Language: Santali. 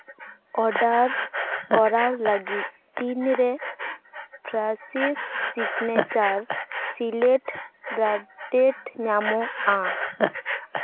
ᱚᱰᱟᱨ ᱠᱚᱨᱟᱣ ᱞᱟᱹᱜᱤᱫ ᱛᱤᱱ ᱨᱮ ᱯᱷᱨᱟᱥᱤᱥ ᱥᱤᱜᱽᱱᱮᱪᱟᱨ ᱥᱤᱞᱮᱹᱴ ᱜᱟᱨᱴᱮᱰ ᱧᱟᱢᱚᱜᱼᱟ